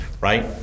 right